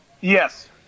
Yes